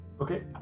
Okay